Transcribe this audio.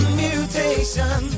mutation